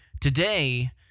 Today